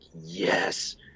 yes